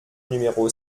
numéro